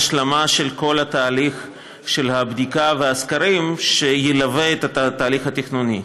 הוא השלמה של כל התהליך של הבדיקה והסקרים שילוו את התהליך התכנוני.